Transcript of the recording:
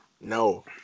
No